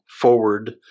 forward